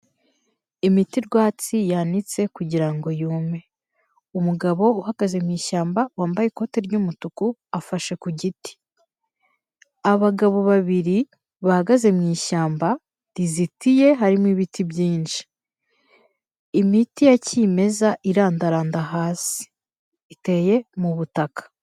Imiti rwatsi yanitse kugira ngo yume, umugabo uhagaze mu ishyamba wambaye ikote ry'umutuku afashe ku giti, abagabo babiri bahagaze mu ishyamba rizitiye harimo ibiti byinshi, imiti ya kimeza irandaranda hasi, iteye mu butaka.